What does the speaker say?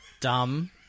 Dumb